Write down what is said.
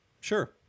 Sure